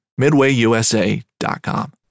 MidwayUSA.com